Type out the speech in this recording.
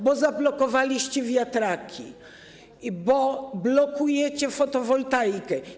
Bo zablokowaliście wiatraki, bo blokujecie fotowoltaikę.